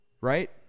Right